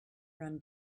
run